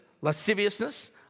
lasciviousness